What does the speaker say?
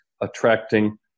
attracting